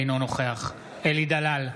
אינו נוכח אלי דלל,